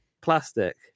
plastic